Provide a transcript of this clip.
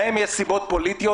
להם יש סיבות פוליטיות,